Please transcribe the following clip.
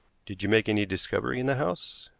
did you make any discovery in the house?